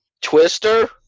Twister